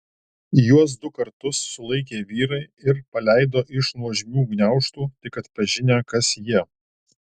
juos du kartus sulaikė vyrai ir paleido iš nuožmių gniaužtų tik atpažinę kas jie